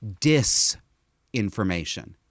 disinformation